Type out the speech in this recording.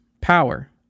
power